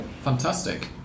Fantastic